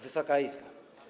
Wysoka Izbo!